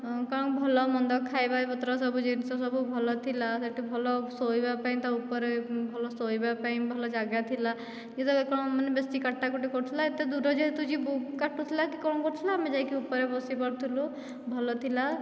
କଣ ଭଲ ମନ୍ଦ ଖାଇବାପତ୍ର ସବୁ ଜିନିଷ ସବୁ ଭଲ ଥିଲା ସେଇଠି ଭଲ ଶୋଇବାପାଇଁ ତା' ଉପରେ ଭଲ ଶୋଇବାପାଇଁ ଭଲ ଜାଗା ଥିଲା ମାନେ ବେଶି କାଟାକୁଟି କରୁଥିଲା ଏତେ ଦୂର ଯେହେତୁ ଯିବୁ କାଟୁଥିଲା କି କ'ଣ କରୁଥିଲା ଆମେ ଯାଇକି ଉପରେ ବସି ପାରୁଥିଲୁ ଭଲ ଥିଲା